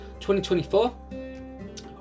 2024